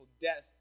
death